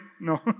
No